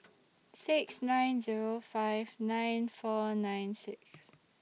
six nine Zero five nine four nine six